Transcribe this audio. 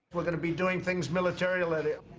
we're gonna be doing things militarilety. alexa